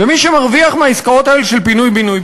ומי שמרוויח מהעסקאות האלה של פינוי-בינוי,